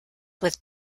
with